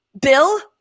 bill